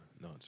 No